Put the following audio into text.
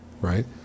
right